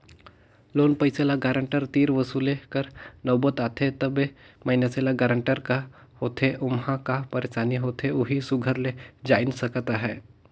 loan पइसा ल guarantor तीर वसूले कर नउबत आथे तबे मइनसे ल गारंटर का होथे ओम्हां का पइरसानी होथे ओही सुग्घर ले जाएन सकत अहे